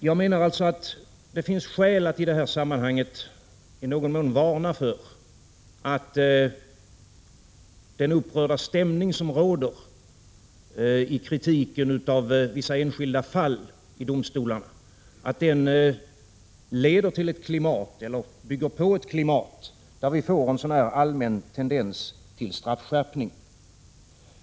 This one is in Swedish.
Jag menar alltså att det finns skäl att i det här sammanhanget i någon mån varna för att den upprörda stämning, som råder i kritiken av vissa enskilda fall i domstolarna, kan leda till ett klimat där vi får en viss allmän tendens till straffskärpning.